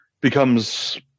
becomes